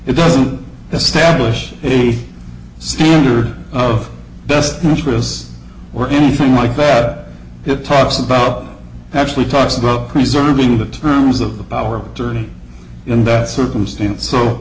it doesn't establish any standard of best interests or anything like that it talks about actually talks about preserving the terms of the power turning in that circumstance so